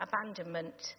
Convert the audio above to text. abandonment